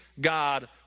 God